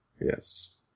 Yes